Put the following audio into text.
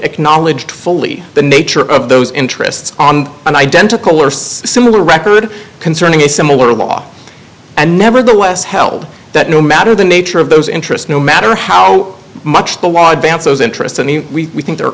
acknowledged fully the nature of those interests on an identical or similar record concerning a similar law and nevertheless held that no matter the nature of those interest no matter how much the law dance those interested we think there are